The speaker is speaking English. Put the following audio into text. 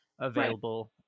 available